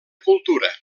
cultura